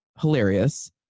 hilarious